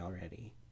already